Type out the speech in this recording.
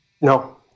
No